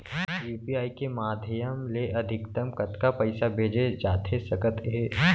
UPI के माधयम ले अधिकतम कतका पइसा भेजे जाथे सकत हे?